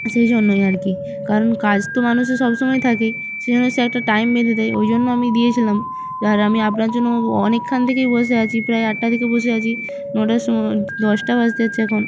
সেই জন্যই আর কী কারণ কাজ তো মানুষের সব সময় থাকেই সেজন্য সে একটা টাইম বেঁধে দেয় ওই জন্য আমি দিয়েছিলাম আর আমি আপনার জন্য অনেকক্ষণ থেকেই বসে আছি প্রায় আটটা থেকে বসে আছি নটার সময় দশটা বাজতে যাচ্ছে এখন